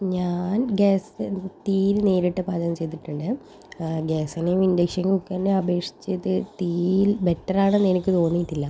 ഞാൻ ഗ്യാസ് തീയിൽ നേരിട്ട് പാചകം ചെയ്തിട്ടുണ്ട് ഗ്യാസിനെയും ഇൻഡക്ഷൻ കുക്കറിനെയും അപേക്ഷിച്ച് ഇത് തീയിൽ ബെറ്ററാണെന്ന് എനിക്ക് തോന്നിയിട്ടില്ല